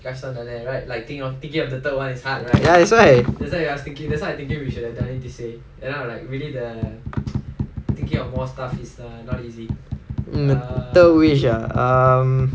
ya that's why mm third wish ah um